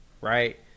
right